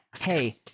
hey